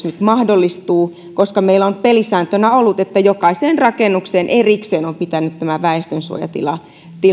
nyt mahdollistuu meillä on pelisääntönä ollut että jokaiseen rakennukseen erikseen on pitänyt väestönsuojatila